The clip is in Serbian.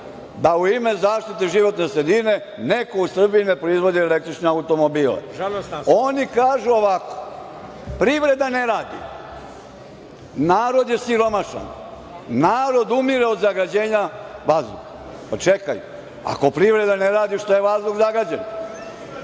da u ime zaštite životne sredine neko u Srbiji ne proizvodi električne automobile? Oni kažu ovako – privreda ne radi, narod je siromašan, narod umire od zagađenja vazduha. Pa, čekaj, ako privreda ne radi, što je vazduh zagađen?